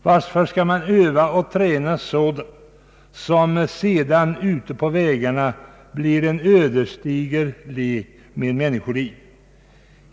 Varför skall bilisterna behöva träna sådant som sedan ute på vägarna blir en ödesdiger lek med människoliv?